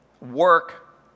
work